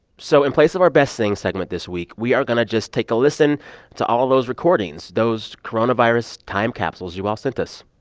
so in place of our best thing segment this week, we are going to just take a listen to all those recordings, those coronavirus time capsules you all sent us.